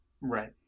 Right